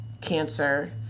cancer